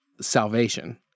salvation